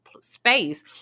space